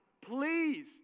Please